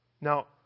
Now